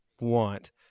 want